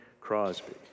Crosby